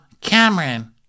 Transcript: Cameron